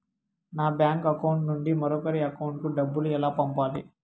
నా bank account నుండి మరొకరి అకౌంట్ కు డబ్బులు ఎలా పంపాలి